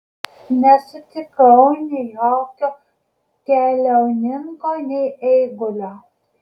nesutikau nei jokio keliauninko nei eigulio